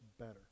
better